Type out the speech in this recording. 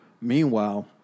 Meanwhile